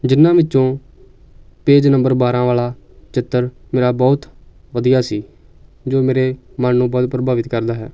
ਜਿਨਾਂ ਵਿੱਚੋਂ page number ਬਾਰਾਂ ਵਾਲਾ ਚਿੱਤਰ ਮੇਰਾ ਬਹੁਤ ਵਧੀਆ ਸੀ ਜੋ ਮੇਰੇ ਮਨ ਨੂੰ ਬਹੁਤ ਪ੍ਰਭਾਵਿਤ ਕਰਦਾ ਹੈ